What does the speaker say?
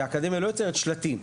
כי האקדמיה לא יוצרת שלטים,